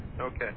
Okay